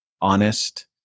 honest